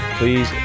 please